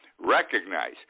Recognize